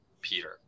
Peter